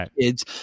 kids